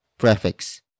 prefix